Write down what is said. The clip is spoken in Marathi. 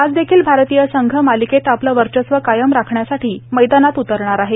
आज देखील आरतीय संघ मालिकेत आपलं वर्चस्व कायम राखण्यासाठी मैदानात उतरणार आहे